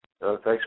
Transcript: Thanks